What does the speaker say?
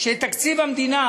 שתקציב המדינה,